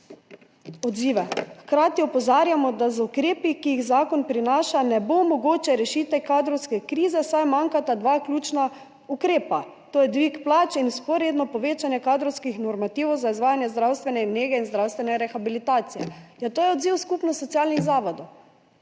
odzive: »Hkrati opozarjamo, da z ukrepi, ki jih zakon prinaša, ne bo mogoče rešiti kadrovske krize, saj manjkata dva ključna ukrepa, to je dvig plač in vzporedno povečanje kadrovskih normativov za izvajanje zdravstvene nege in zdravstvene rehabilitacije.« Ja, to je odziv Skupnosti socialnih zavodov,